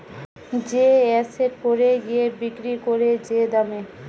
যে এসেট পরে গিয়ে বিক্রি করে যে দামে